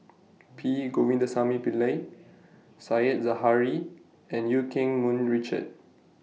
P Govindasamy Pillai Said Zahari and EU Keng Mun Richard